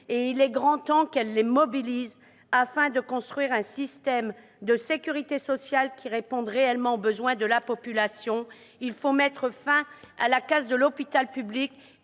et il est grand temps qu'il les mobilise afin de construire un système de sécurité sociale qui réponde réellement aux besoins de la population. Il faut mettre fin à la casse de l'hôpital public